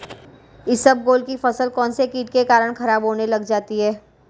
इसबगोल की फसल कौनसे कीट के कारण खराब होने लग जाती है?